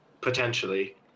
potentially